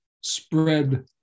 spread